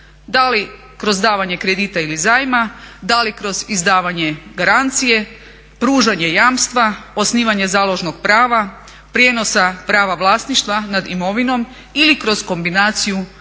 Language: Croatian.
Da li kroz davanje kredita ili zajma, da li kroz izdavanje garancije, pružanje jamstva, osnivanje založnog prava, prijenosa prava vlasništva nad imovinom ili kroz kombinaciju